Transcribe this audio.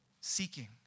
Seeking